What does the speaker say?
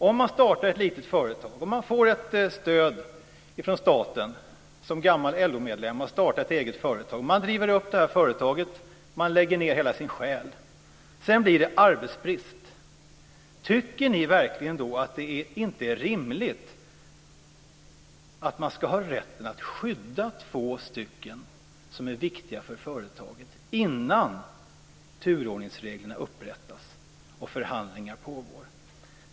Om man startar ett litet företag, om man får ett stöd från staten som gammal LO-medlem och startar ett eget företag, om man driver upp det här företaget och lägger ned hela sin själ och det sedan blir arbetsbrist, tycker ni verkligen då att det inte är rimligt att man ska ha rätten att skydda två personer som är viktiga för företaget innan turordningsreglerna börjar gälla och förhandlingarna pågår?